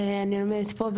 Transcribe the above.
ואני לומדת פה,